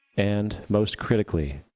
and most critically,